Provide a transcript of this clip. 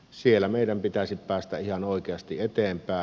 siellä meidän pitäisi päästä ihan oikeasti eteenpäin